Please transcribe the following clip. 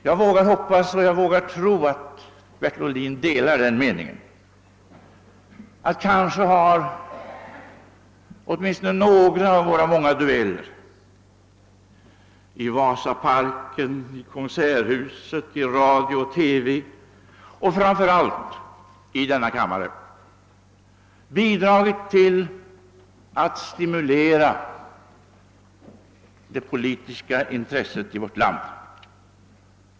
Jag vågar hoppas och jag vågar tro att Bertil Ohlin delar den meningen, att kanske har åtminstone några av våra många dueller i Vasaparken, i Konserthuset, i radio och TV och framför allt i denna kammare bidragit till att stimulera det politiska intresset i vårt land.